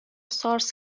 سارس